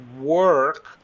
work